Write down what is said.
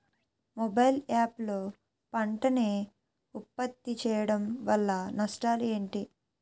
Mobile app లో పంట నే ఉప్పత్తి చేయడం వల్ల నష్టాలు ఏంటి?